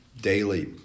daily